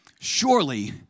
surely